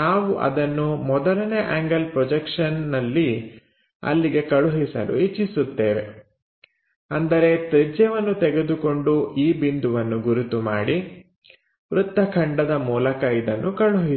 ನಾವು ಅದನ್ನು ಮೊದಲನೇ ಆಂಗಲ್ ಪ್ರೊಜೆಕ್ಷನ್ ನಲ್ಲಿ ಅಲ್ಲಿಗೆ ಕಳುಹಿಸಲು ಇಚ್ಚಿಸುತ್ತೇವೆ ಅಂದರೆ ತ್ರಿಜ್ಯವನ್ನು ತೆಗೆದುಕೊಂಡು ಈ ಬಿಂದುವನ್ನು ಗುರುತು ಮಾಡಿ ವೃತ್ತ ಖಂಡದ ಮೂಲಕ ಇದನ್ನು ಕಳುಹಿಸಿ